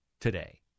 today